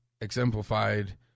exemplified